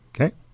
Okay